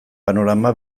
panorama